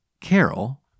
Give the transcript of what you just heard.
Carol